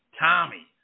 tommy